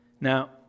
Now